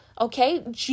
okay